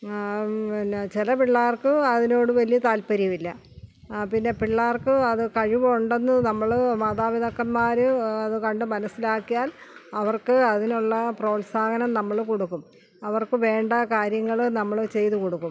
പിന്ന ചില പിള്ളേർക്ക് അതിനോട് വലിയ താൽപര്യമില്ല പിന്നെ പിള്ളേർക്ക് അത് കഴിവുണ്ടെന്ന് നമ്മൾ മാതാപിതാക്കന്മാർ അത് കണ്ട് മനസിലാക്കിയാൽ അവർക്ക് അതിനുള്ള പ്രോത്സാഹനം നമ്മൾ കൊടുക്കും അവർക്ക് വേണ്ട കാര്യങ്ങള് നമ്മള് ചെയ്തു കൊടുക്കും